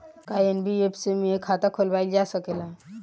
का एन.बी.एफ.सी में खाता खोलवाईल जा सकेला?